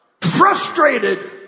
frustrated